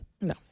No